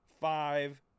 five